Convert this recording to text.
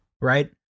right